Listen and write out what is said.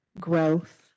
growth